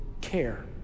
care